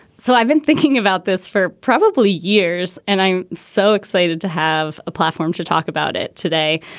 so i've been thinking about this for probably years, and i'm so excited to have a platform to talk about it today.